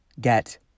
get